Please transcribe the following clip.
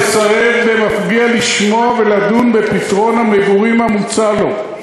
"לסרב במפגיע לשמוע ולדון בפתרון המגורים המוצע לו,